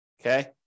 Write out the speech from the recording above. Okay